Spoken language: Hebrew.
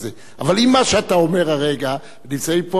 נמצאים פה שר הרווחה ושר הרווחה לשעבר,